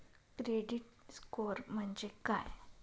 Credit score म्हणजे काय?